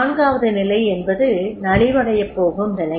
நான்காவது நிலை என்பது நலிவடையப்போகும் நிலை